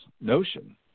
notion